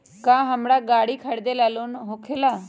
का हमरा गारी खरीदेला लोन होकेला?